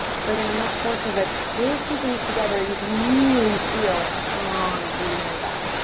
so again, i'm not forcing, but those two things together you can really feel strong through the inner thigh.